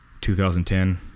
2010